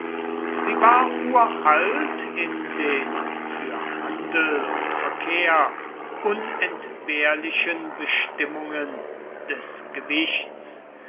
sie war uralt in den für handel und verkehr unentbehrlichen bestimmungen des gewichts